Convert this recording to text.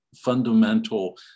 fundamental